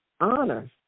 honor